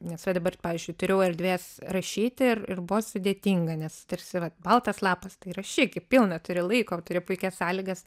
nes va dabar pavyzdžiui turėjau erdvės rašyti ir ir buvo sudėtinga nes tarsi va baltas lapas tai rašyk gi pilna turi laiko turi puikias sąlygas